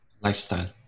Lifestyle